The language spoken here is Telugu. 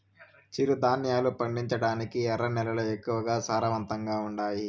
చిరుధాన్యాలు పండించటానికి ఎర్ర నేలలు ఎక్కువగా సారవంతంగా ఉండాయా